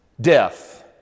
death